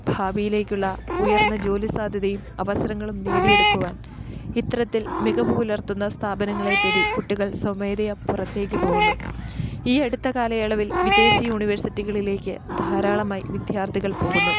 ഭാവിയിലേക്കുള്ള ഉയർന്ന ജോലി സാധ്യതയും അവസരങ്ങളും നേടിയെടുക്കുവാൻ ഇത്തരത്തിൽ മികവുപുലർത്തുന്ന സ്ഥാപനങ്ങളെ തേടി കുട്ടികൾ സ്വമേധയാ പുറത്തേക്ക് പോകുന്നു ഈ അടുത്ത കാലയളവിൽ വിദേശ യൂണിവേഴ്സിറ്റികളിലേക്ക് ധാരാളമായി വിദ്യാർത്ഥികൾ പോകുന്നു